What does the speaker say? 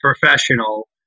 professional